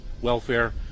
welfare